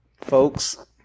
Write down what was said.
Folks